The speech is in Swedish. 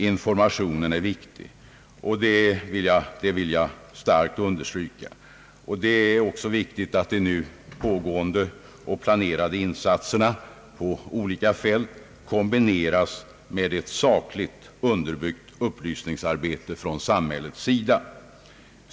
Information i denna fråga är en viktig sak, det vill jag starkt understryka. Det är också viktigt att de pågående och planerade insatserna på olika fält kombineras med ett sakligt underbyggt upplysningsarbete från samhällets sida.